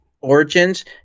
origins